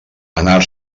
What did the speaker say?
anar